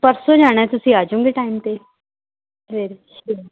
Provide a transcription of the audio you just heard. ਪਰਸੋਂ ਜਾਣਾ ਤੁਸੀਂ ਆ ਜਾਓਗੇ ਟਾਈਮ 'ਤੇ ਸਵੇਰੇ